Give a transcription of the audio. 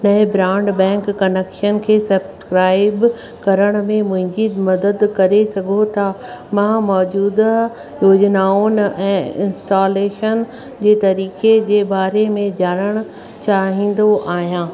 नए broadband connection खे subscribe करण में मुंहिंजी मदद करे सघो था मां मौजूदा योजनाउनि ऐं इंस्टॉलेशन जे तरीक़े जे बारे में जाणण चाहींदो आहियां